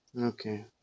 Okay